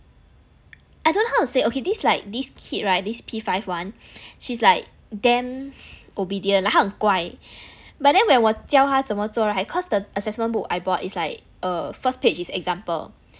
I don't know how to say okay this like this kid right these P five one she's like damn obedient like 他很乖 but then when 我教他怎么做 right cause the assessment book I bought is like err first page is example